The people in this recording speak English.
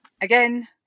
Again